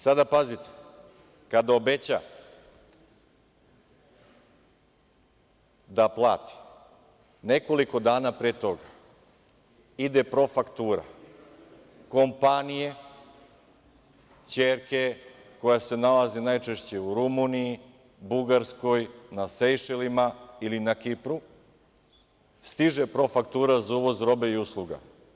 Sada pazite, kada obeća da plati nekoliko dana pre toga ide profaktura kompanije, ćerke koja se nalazi najčešće u Rumuniji, Bugarskoj, na Sejšelima ili na Kipru, za uvoz roba i usluga.